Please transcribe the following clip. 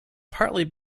partly